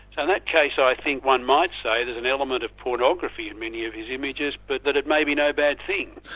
and that case i think one might say there's an element of pornography in many of his images, but that it may be no bad thing.